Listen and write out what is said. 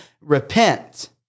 repent